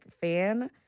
fan